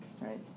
right